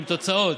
עם תוצאות,